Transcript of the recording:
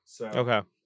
Okay